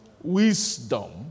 wisdom